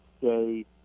say